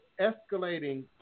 escalating